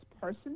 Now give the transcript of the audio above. person